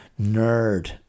nerd